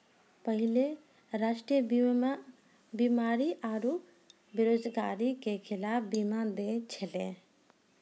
पहिले राष्ट्रीय बीमा बीमारी आरु बेरोजगारी के खिलाफ बीमा दै छलै